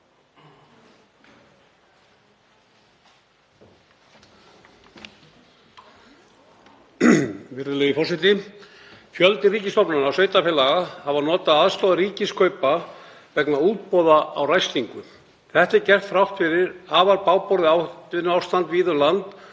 Fjöldi ríkisstofnana og sveitarfélaga hafa notið aðstoðar Ríkiskaupa vegna útboða á ræstingu. Þetta er gert þrátt fyrir afar bágborið atvinnuástand víða um land